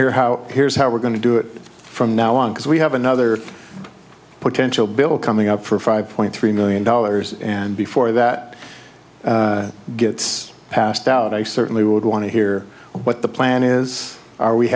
here how here's how we're going to do it from now on because we have another potential bill coming up for five point three million dollars and before that gets passed out i certainly would want to hear what the plan is are we